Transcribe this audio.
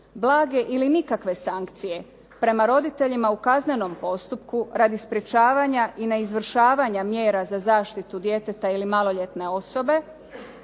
blage ili nikakve sankcije prema roditeljima u kaznenom postupku radi sprečavanja i neizvršavanja mjera za zaštitu djeteta ili maloljetne osobe,